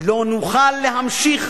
לא נוכל להמשיך